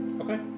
Okay